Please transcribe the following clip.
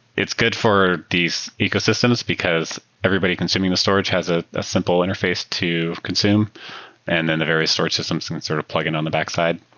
it's good for these ecosystems because everybody consuming the storage has a ah simple interface to consume and then the various sorts of something sort of plugin on the backside.